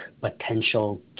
potential